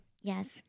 Yes